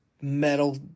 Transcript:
metal